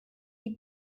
die